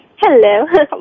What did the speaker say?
hello